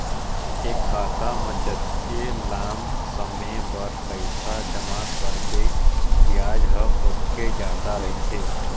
ए खाता म जतके लाम समे बर पइसा जमा करबे बियाज ह ओतके जादा रहिथे